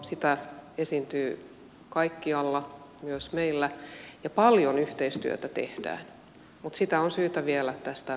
sitä esiintyy kaikkialla myös meillä ja paljon yhteistyötä tehdään mutta sitä on syytä vielä tästä parantaa